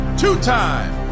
two-time